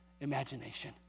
imagination